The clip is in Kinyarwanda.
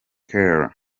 kale